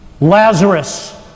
Lazarus